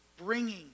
bringing